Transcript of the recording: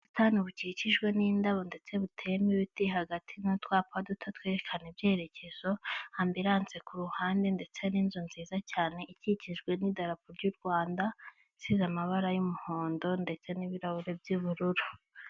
Ubusitani bukikijwe n'indabo ndetse buteyemo ibiti hagatai n'utwapa duto twerekana ibyerekezo Ambulance ku ruhande ndetse n'inzu nziza cyane ikikijwe n'idarapo ry'u Rwanda isize amabara y'umuhondo ndetse n'ibirahure by'ubururu.